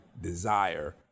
desire